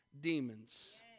demons